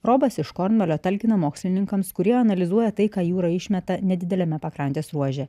robas iš kornvalio talkina mokslininkams kurie analizuoja tai ką jūra išmeta nedideliame pakrantės ruože